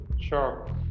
Sure